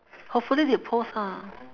hopefully they post ah